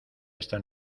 esta